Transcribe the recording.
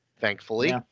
Thankfully